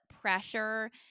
pressure